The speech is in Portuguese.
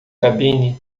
cabine